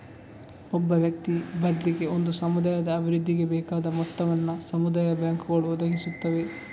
ಒಬ್ಬ ವ್ಯಕ್ತಿ ಬದ್ಲಿಗೆ ಒಂದು ಸಮುದಾಯದ ಅಭಿವೃದ್ಧಿಗೆ ಬೇಕಾದ ಮೊತ್ತವನ್ನ ಸಮುದಾಯ ಬ್ಯಾಂಕುಗಳು ಒದಗಿಸುತ್ತವೆ